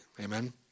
Amen